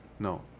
No